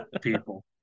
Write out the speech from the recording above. people